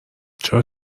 چرا